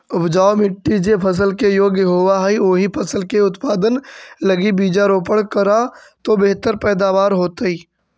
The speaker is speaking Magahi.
उपजाऊ मट्टी जे फसल के योग्य होवऽ हई, ओही फसल के उत्पादन लगी बीजारोपण करऽ तो बेहतर पैदावार होतइ